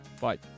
bye